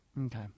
Okay